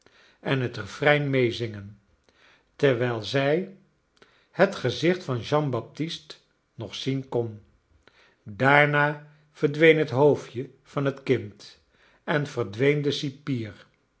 en her refrein meezingen terwijl zij het gezicht van jean baptist nog zien kon daarna verdween het hoofdje van het kind en verdween de cipier